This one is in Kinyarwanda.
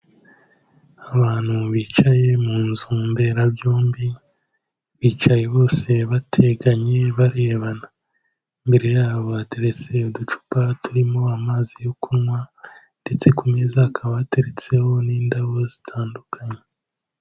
Abantu bicaye mu nzu mberabyombi bicaye bose bateganye, barebana imbere yabo hateretse uducupa turimo amazi yo kunywa ndetse ku meza hakaba hateretseho n'indabo zitandukanye.